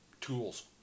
tools